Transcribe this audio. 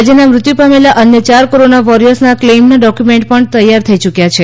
રાજ્યના મૃત્યુ પામેલા અન્ય ચાર કોરોના વોરિયર્સના ક્લેઈમના ડોકયુમેન્ટ તૈયાર થઈ ગયા છે